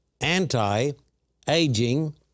anti-aging